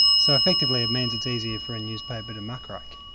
so effectively, it means it's easier for a newspaper to muckrake?